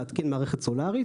להתקין מערכת סולארית,